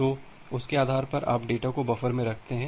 तो उसके आधार पर आप डेटा को बफर में रखते हैं